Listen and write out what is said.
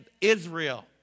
Israel